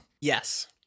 Yes